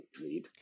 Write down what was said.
read